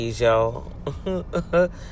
y'all